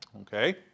Okay